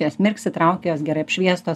jos mirksi traukia jos gerai apšviestos